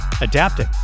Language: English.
adapting